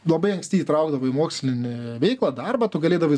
labai anksti įtraukdavo į mokslinį veiklą darbą tu galėdavai